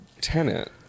tenant